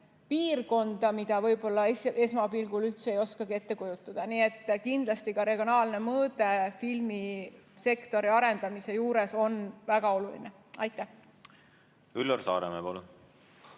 piirkonda, mida võib-olla esmapilgul üldse ei oskagi ette kujutada. Nii et kindlasti on ka regionaalne mõõde filmisektori arendamisel väga oluline. Üllar Saaremäe,